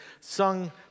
sung